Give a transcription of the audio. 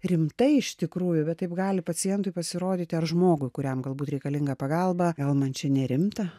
rimtai iš tikrųjų bet taip gali pacientui pasirodyti ar žmogų kuriam galbūt reikalinga pagalba gal man čia nerimta